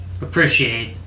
appreciate